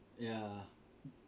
ya